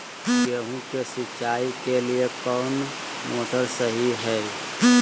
गेंहू के सिंचाई के लिए कौन मोटर शाही हाय?